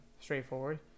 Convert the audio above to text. straightforward